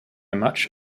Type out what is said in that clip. much